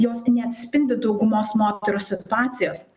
jos neatspindi daugumos moterų situacijos